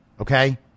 Okay